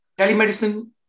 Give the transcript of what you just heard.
Telemedicine